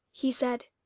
he said.